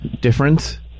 difference